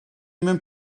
mewn